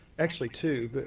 actually two, but